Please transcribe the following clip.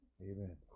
Amen